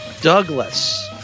Douglas